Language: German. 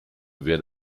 wer